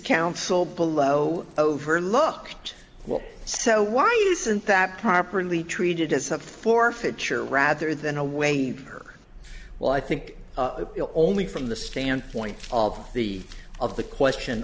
counsel below over looked what so why isn't that properly treated as a forfeiture rather than a waiver well i think only from the standpoint of the of the question